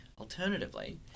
Alternatively